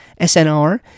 SNR